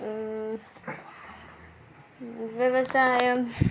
వ్యవసాయం